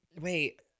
Wait